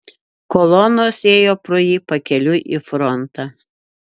kolonos ėjo pro jį pakeliui į frontą